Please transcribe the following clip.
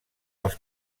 als